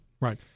Right